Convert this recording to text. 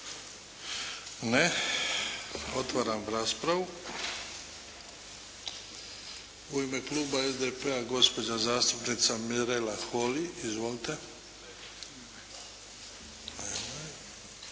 Ne. Otvaram raspravu. U ime kluba SDP-a, gospođa zastupnica Mirela Holy. Izvolite.